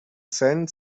senn